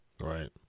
Right